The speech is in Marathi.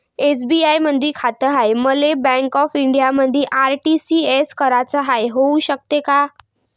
एस.बी.आय मधी खाते हाय, मले बँक ऑफ इंडियामध्ये आर.टी.जी.एस कराच हाय, होऊ शकते का?